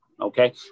Okay